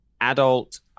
adult